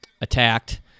attacked